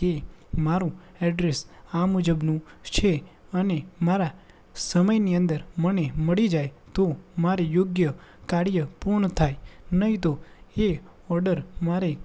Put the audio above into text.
કે મારું એડ્રેસ આ મુજબનું છે અને મારા સમયની અંદર મને મળી જાય તો મારે યોગ્ય કાર્ય પૂર્ણ થાય માટે નહીં તો એ ઓર્ડર મારે